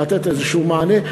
לתת מענה,